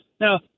Now